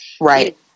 right